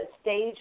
stage